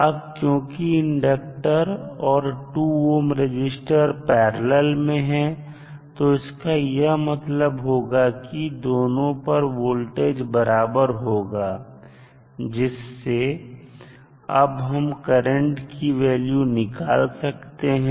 अब क्योंकि इंडक्टर और 2 ohm रजिस्टर पैरलल में हैं तो इसका यह मतलब होगा कि दोनों पर वोल्टेज बराबर होगा जिससे अब हम करंट की वैल्यू निकाल सकते हैं